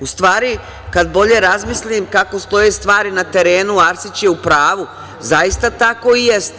U stvari, kada bolje razmislim, kako stoje stvari na terenu, Arsić je u pravu, zaista tako i jeste.